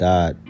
God